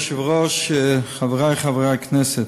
אדוני היושב-ראש, חברי חברי הכנסת,